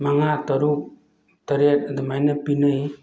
ꯃꯉꯥ ꯇꯔꯨꯛ ꯇꯔꯦꯠ ꯑꯗꯨꯃꯥꯏꯅ ꯄꯤꯅꯩ